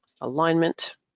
Alignment